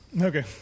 Okay